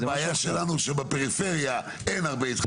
לבעיה שלנו, שבפריפריה אין הרבה התחדשות עירונית.